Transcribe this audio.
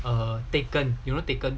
err taken you know taken